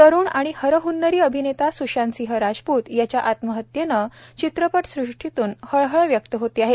तरुण आणि हरह्न्नरी अभिनेता सुशांत सिंह राजपुत याच्या आत्महत्येनं चित्रपटसृष्टीतून हळहळ व्यक्त होत आहे